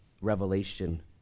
Revelation